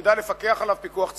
שתפקידה לפקח עליו פיקוח ציבורי.